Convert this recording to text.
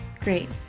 Great